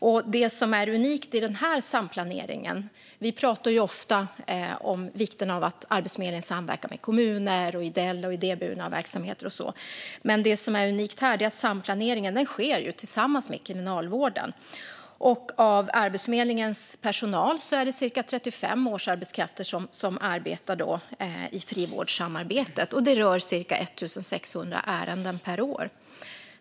Vi pratar ofta om hur viktigt det är att Arbetsförmedlingen samverkar med kommuner, ideella och idéburna verksamheter och så vidare, men det unika med detta är att samplaneringen sker med kriminalvården. Av Arbetsförmedlingens personal arbetar cirka 35 årsarbetskrafter i frivårdssamarbetet, och det rör sig om cirka 1 600 ärenden per år.